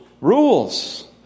Rules